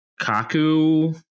Kaku